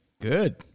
Good